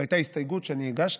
זו הייתה הסתייגות שאני הגשתי,